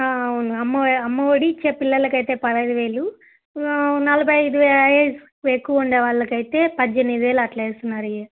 అవును అమ్మ అమ్మ ఒడి ఇచ్చే పిల్లలకి అయితే పదహైదు వేలు నలభై ఐదు ఏ ఏజ్ ఎక్కువ ఉండే వాళ్ళకు అయితే పద్దెనిమిది వేలు అట్లా వేస్తున్నారు ఇక